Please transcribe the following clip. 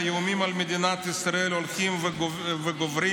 והאיומים על מדינת ישראל הולכים וגוברים,